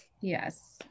Yes